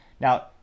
Now